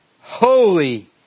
holy